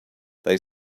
they